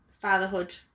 fatherhood